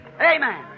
Amen